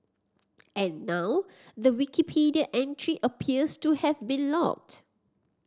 and now the Wikipedia entry appears to have been locked